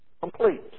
complete